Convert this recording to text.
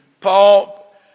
Paul